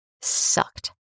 sucked